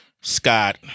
Scott